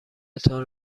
تان